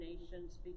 nations